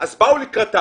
אז באו לקראתם.